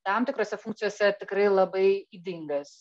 tam tikrose funkcijose tikrai labai ydingas